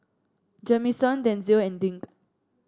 Jamison Denzil and Dink